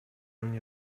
mnie